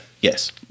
Yes